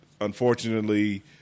Unfortunately